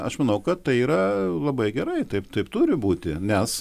aš manau kad tai yra labai gerai taip taip turi būti nes